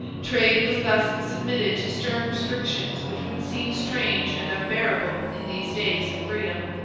trade was thus submitted to stern restrictions which would seem strange and unbearable in these days of freedom.